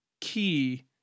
key